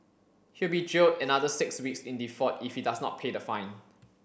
he will be jailed another six weeks in default if he does not pay the fine